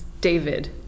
david